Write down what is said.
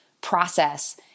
process